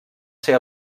ser